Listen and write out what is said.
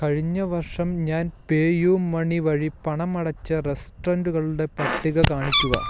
കഴിഞ്ഞ വർഷം ഞാൻ പേയുമണി വഴി പണം അടച്ച റെസ്ട്രൊന്റുകളുടെ പട്ടിക കാണിക്കുക